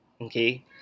okay